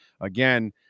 again